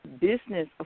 business